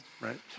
right